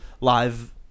live